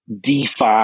DeFi